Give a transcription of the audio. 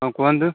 କ'ଣ କୁହନ୍ତୁ